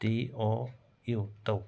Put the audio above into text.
T ꯑꯣ ꯌꯨ ꯇꯧ